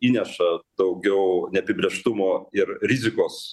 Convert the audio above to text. įneša daugiau neapibrėžtumo ir rizikos